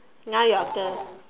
now your turn